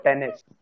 tennis